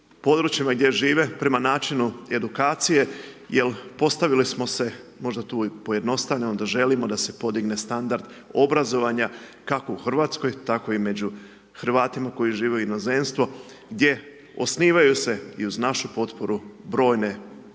područjima gdje žive prema načinu edukacije jel postavili smo se možda tu i pojednostavljeno da želimo da se podigne standard obrazovanja kako u Hrvatskoj tako i među Hrvatima koji žive u inozemstvu gdje osnivanju se i uz našu potporu brojne